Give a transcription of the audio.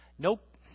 Nope